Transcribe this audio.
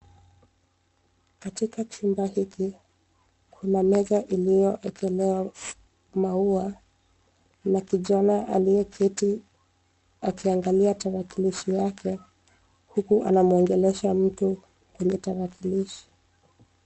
Katika chumba hiki kuna meza iliyowekelewa maua na kijana aliyeketi akiangalia tarakilishi yake huku akiongelesha mtu kwenye tarakilishi.